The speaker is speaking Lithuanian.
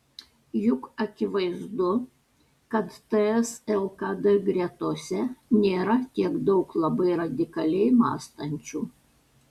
juk akivaizdu kad ts lkd gretose nėra tiek daug labai radikaliai mąstančių